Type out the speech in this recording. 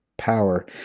power